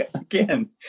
again